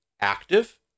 active